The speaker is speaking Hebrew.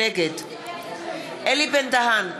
נגד אלי בן-דהן,